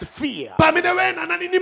fear